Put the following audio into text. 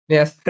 Yes